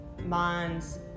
minds